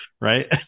Right